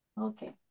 Okay